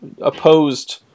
Opposed